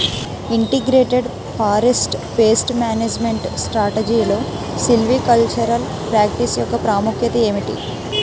Integrated forest pest management స్ట్రాటజీలో silvicultural practice యెక్క ప్రాముఖ్యత ఏమిటి??